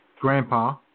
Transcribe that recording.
Grandpa